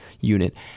unit